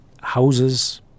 houses